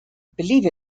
believe